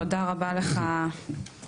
תודה רבה לך שחר,